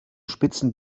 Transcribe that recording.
spitzen